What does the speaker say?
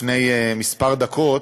לפני כמה דקות,